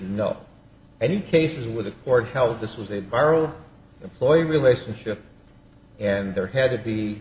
know any cases where the court held this was a viral employee relationship and there had to be